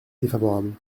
défavorable